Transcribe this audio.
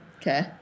Okay